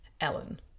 Ellen